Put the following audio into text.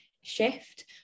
shift